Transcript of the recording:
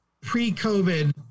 pre-COVID